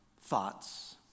thoughts